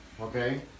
Okay